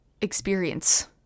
Experience